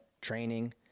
training